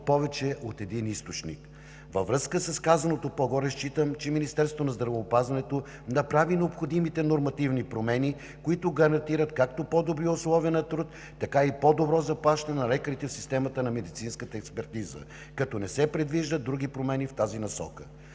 повече от един източник. Във връзка с казаното по-горе считам, че Министерството на здравеопазването направи необходимите нормативни промени, които гарантират както по-добри условия на труд, така и по-добро заплащане на лекарите в системата на медицинската експертиза, като не се предвиждат други промени в тази насока.